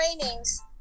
trainings